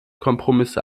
kompromisse